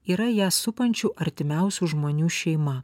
yra ją supančių artimiausių žmonių šeima